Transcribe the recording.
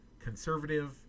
conservative